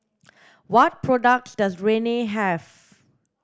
what products does Rene have